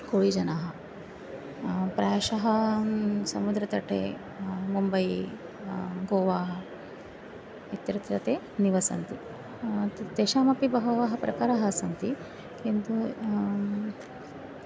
कोयिजनः प्रायशः समुद्रतटे मुम्बै गोवा इत्यत्र ते निवसन्ति तेषामपि बहवः प्रकाराः सन्ति किन्तु